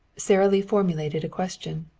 sara lee formulated a question